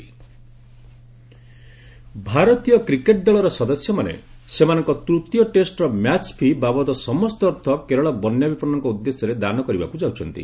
Kerala cricket team ଭାରତୀୟ cricket ଦଳର ସଦସ୍ୟମାନେ ସେମାନଙ୍କ ତୃତୀୟ ଟେଷ୍ଟର ମ୍ୟାଚ୍ ଫି' ବାବଦ ସମସ୍ତ ଅର୍ଥ କେରଳ ବନ୍ୟା ବିପନ୍ଦଙ୍କ ଉଦ୍ଦେଶ୍ୟରେ ଦାନ କରିବାକୁ ଯାଉଛନ୍ତି